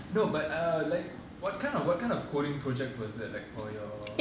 no but uh like what kind of what kind of coding project was that like for your